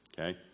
okay